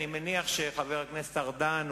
אני מניח שחבר הכנסת ארדן,